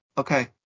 Okay